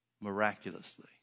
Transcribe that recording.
miraculously